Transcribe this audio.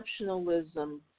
exceptionalism